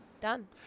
Done